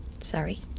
Sorry